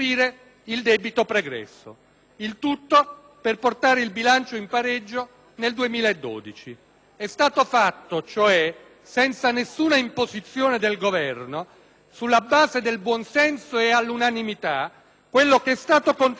il tutto per portare il bilancio in pareggio nel 2012. É stato fatto, cioè, senza nessuna imposizione del Governo, sulla base del buon senso e all'unanimità, quello che è stato contestato a questo Governo.